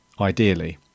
ideally